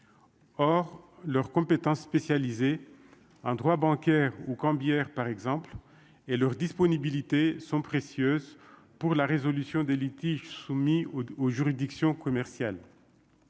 or leurs compétences, spécialisé en droit bancaire ou Cambiaire par exemple, et leur disponibilité sont précieuses pour la résolution des litiges soumis aux juridictions commerciales